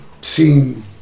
seen